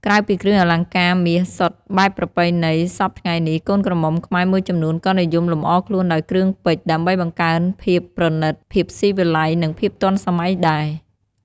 ក្រៅពីគ្រឿងអលង្ការមាសសុទ្ធបែបប្រពៃណី សព្វថ្ងៃនេះ កូនក្រមុំខ្មែរមួយចំនួនក៏និយមលម្អខ្លួនដោយ គ្រឿងពេជ្រ ដើម្បីបង្កើនភាពប្រណីត ភាពស៊ីវិល័យ និងភាពទាន់សម័យដែរ។